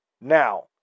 Now